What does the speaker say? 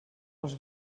els